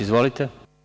Izvolite.